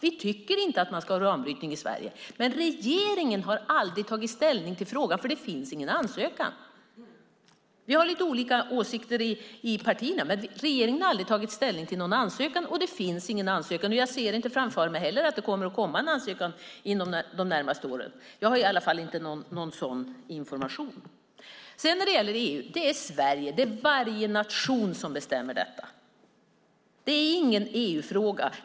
Vi tycker inte att man ska ha uranbrytning i Sverige. Men regeringen har aldrig tagit ställning till frågan, för det finns ingen ansökan. Vi har lite olika åsikter i partierna. Men regeringen har alltså aldrig tagit ställning till någon ansökan, och det finns ingen ansökan. Jag ser inte heller framför mig att det kommer att komma en ansökan inom de närmaste åren. Jag har i alla fall inte någon sådan information. När det gäller EU är det Sverige, och varje nation, som bestämmer detta. Det här är ingen EU-fråga.